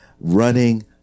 running